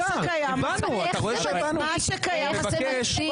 אני לא אייצג אתכם בחוק ההסדרה,